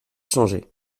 changé